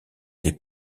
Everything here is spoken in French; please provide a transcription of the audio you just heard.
des